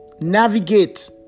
navigate